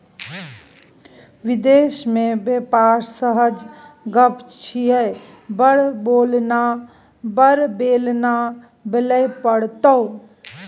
विदेश मे बेपार सहज गप छियै बड़ बेलना बेलय पड़तौ